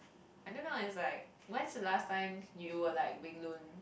I don't know is like when is the last time you were like Wing-Lun